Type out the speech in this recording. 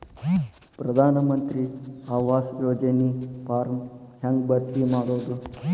ಪ್ರಧಾನ ಮಂತ್ರಿ ಆವಾಸ್ ಯೋಜನಿ ಫಾರ್ಮ್ ಹೆಂಗ್ ಭರ್ತಿ ಮಾಡೋದು?